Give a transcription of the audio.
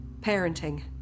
Parenting